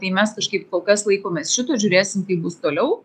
tai mes kažkaip kol kas laikomės šitų žiūrėsime kaip bus toliau